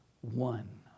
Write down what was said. one